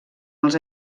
els